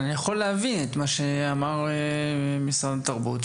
אני יכול להבין את מה שאמר משרד התרבות,